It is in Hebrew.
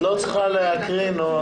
את לא צריכה להקריא.